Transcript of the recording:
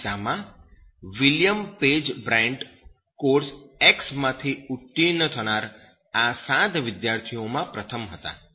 આ કિસ્સામાં William Page Bryant course X માંથી ઉત્તીર્ણ થનાર આ 7 વિદ્યાર્થીઓમાં પ્રથમ હતા